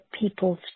people's